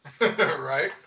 Right